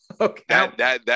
Okay